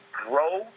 grow